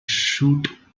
shoot